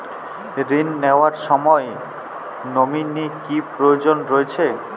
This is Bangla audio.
ঋণ নেওয়ার সময় নমিনি কি প্রয়োজন রয়েছে?